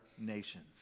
nations